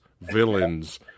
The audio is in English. villains